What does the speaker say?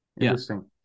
Interesting